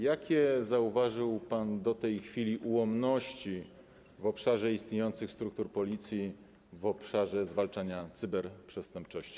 Jakie zauważył pan do tej chwili ułomności w obszarze istniejących struktur Policji, w obszarze zwalczania cyberprzestępczości?